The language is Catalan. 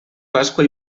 pasqua